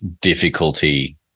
difficulty